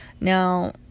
Now